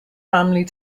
family